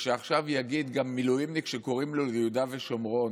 ועכשיו יגיד גם מילואימניק שקוראים לו ליהודה ושומרון: